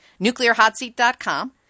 NuclearHotSeat.com